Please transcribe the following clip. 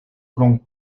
krom